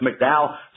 McDowell